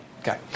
Okay